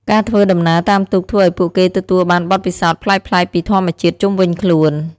ការធ្វើដំណើរតាមទូកធ្វើឱ្យពួកគេទទួលបានបទពិសោធន៍ប្លែកៗពីធម្មជាតិជុំវិញខ្លួន។